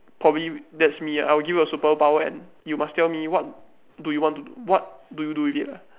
probably that's me ah I will give a superpower and you must tell me what do you want to d~ what do you do with it ah